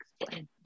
explain